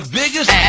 biggest